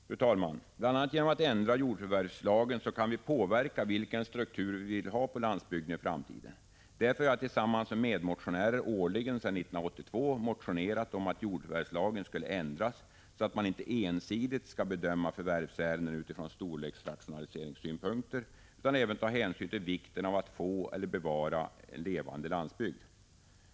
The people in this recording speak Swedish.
Fru talman! Bl. a. genom att ändra jordförvärvslagen kan vi påverka vilken struktur vi vill ha på landsbygden i framtiden. Därför har jag tillsammans med medmotionärer sedan 1982 årligen motionerat om att jordförvärvslagen skall ändras så att man inte ensidigt bedömer förvärvsärenden utifrån storleksrationaliseringssynpunkter utan även tar hänsyn till vikten av att få eller bevara en levande landsbygd.